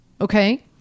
okay